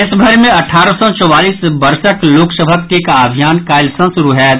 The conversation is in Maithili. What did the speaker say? देशभरि मे अठारह सँ चौवालीस वर्षक लोक सभक टीका अभियान काल्हि सँ शुरू होयत